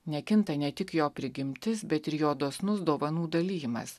nekinta ne tik jo prigimtis bet ir jo dosnus dovanų dalijimas